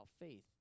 faith